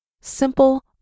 Simple